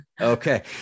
Okay